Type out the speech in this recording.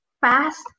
fast